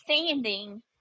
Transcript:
standing